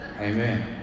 Amen